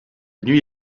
nuit